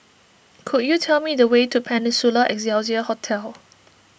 could you tell me the way to Peninsula Excelsior Hotel